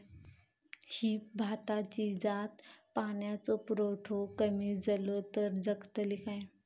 ही भाताची जात पाण्याचो पुरवठो कमी जलो तर जगतली काय?